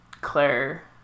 Claire